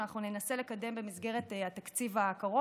אנחנו ננסה לקדם אותו במסגרת התקציב הקרוב,